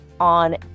on